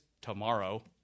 tomorrow